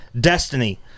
Destiny